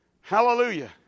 Hallelujah